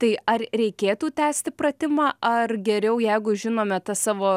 tai ar reikėtų tęsti pratimą ar geriau jeigu žinome tas savo